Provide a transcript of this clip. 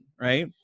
right